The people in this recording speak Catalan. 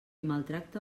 maltracta